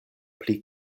pli